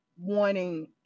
wanting